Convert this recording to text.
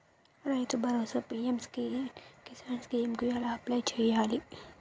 రైతు భరోసా PM Kisan scheme కు ఎలా అప్లయ్ చేయాలి?